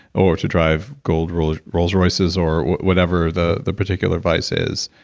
or to drive gold rolls rolls royce's, or whatever the the particular vice is.